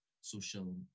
social